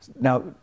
Now